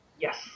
Yes